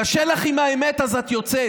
קשה לך עם האמת אז את יוצאת.